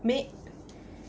may